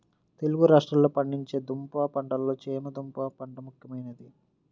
తెలుగు రాష్ట్రాలలో పండించే దుంప పంటలలో చేమ దుంప పంట ముఖ్యమైనది